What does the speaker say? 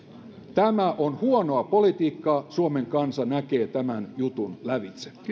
tämä on huonoa politiikkaa suomen kansa näkee tämän jutun lävitse